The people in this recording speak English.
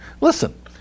Listen